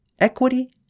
equity